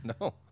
No